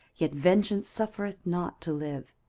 yet vengeance suffereth not to live.